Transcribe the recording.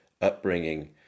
upbringing